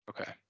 Okay